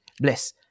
Bless